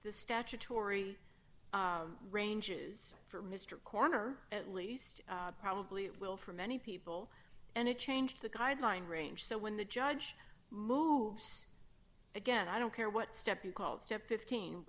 the statutory ranges for mr corner at least probably it will for many people and it changed the guideline range so when the judge moves again i don't care what step you called step fifteen